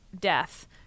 death